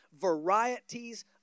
varieties